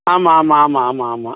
ஆமாம் ஆமாம் ஆமாம் ஆமாம் ஆமாம்